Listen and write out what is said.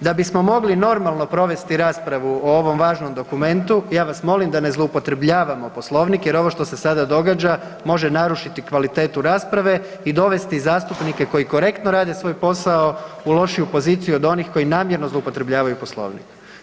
da bismo mogli normalno provesti raspravu o ovom važnom dokumentu ja vas molim da ne zloupotrebljavamo Poslovnik jer ovo što se sada događa može narušiti kvalitetu rasprave i dovesti zastupnike koji korektno rade svoj posao u lošiju poziciju od onih koji namjerno zloupotrebljavaju Poslovnik.